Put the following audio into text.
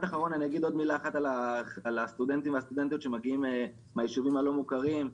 עוד מילה אחת על הסטודנטים והסטודנטיות שמגיעים מהיישובים הלא מוכרים.